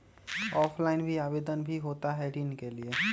Offline भी आवेदन भी होता है ऋण के लिए?